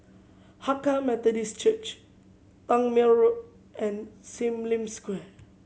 Hakka Methodist Church Tangmere Road and Sim Lim Square